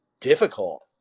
difficult